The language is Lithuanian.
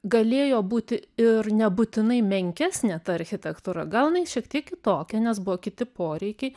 galėjo būti ir nebūtinai menkesnė ta architektūra gal jinai šiek tiek kitokia nes buvo kiti poreikiai